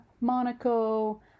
Monaco